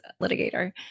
litigator